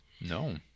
No